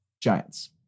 Giants